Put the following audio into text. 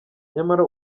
nyamara